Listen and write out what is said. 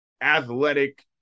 athletic